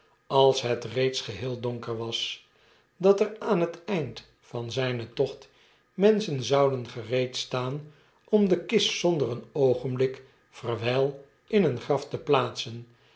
als het reeds geheel donker was dat er aan het eind van zijnen tocht menschen zouden gereed staan om de kist zonder een oogenblik vervrijl in een graf te plaatsen